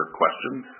questions